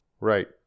Right